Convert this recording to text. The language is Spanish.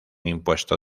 impuesto